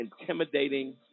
intimidating